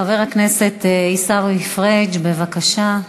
חבר הכנסת עיסאווי פריג', בבקשה.